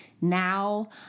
now